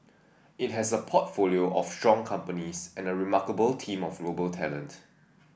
it has a portfolio of strong companies and a remarkable team of global talent